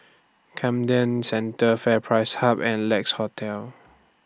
Camden Centre FairPrice Hub and Lex Hotel